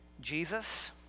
Jesus